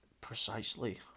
Precisely